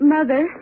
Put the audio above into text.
Mother